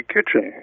Kitchen